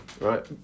right